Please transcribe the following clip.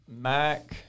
Mac